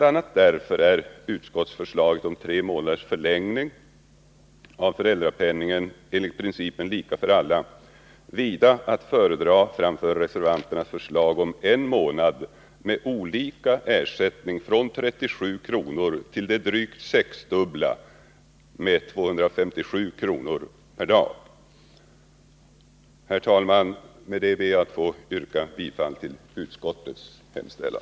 a. därför är utskottsförslaget om tre månaders förlängning av föräldrapenningen enligt principen lika för alla vida att föredra framför reservanternas förslag om en månad med olika ersättning från 37 kr. till det drygt sexdubbla med 257 kr./dag. Herr talman! Med det ber jag att få yrka bifall till utskottets hemställan.